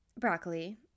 broccoli